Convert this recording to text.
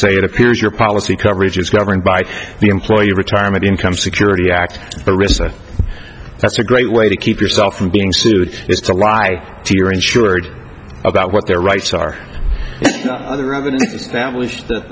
say it appears your policy coverage is governed by the employee retirement income security act risk that's a great way to keep yourself from being sued is to lie to your insured about what their rights are other than that